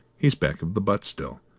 he's back of the butt still.